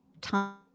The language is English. time